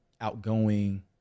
outgoing